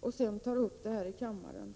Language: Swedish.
och därefter tar upp frågan i kammaren.